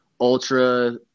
Ultra